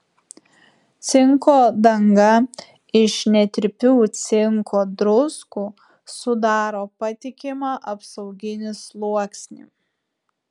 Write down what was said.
cinko danga iš netirpių cinko druskų sudaro patikimą apsauginį sluoksnį